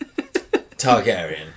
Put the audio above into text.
Targaryen